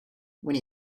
when